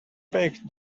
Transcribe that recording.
baked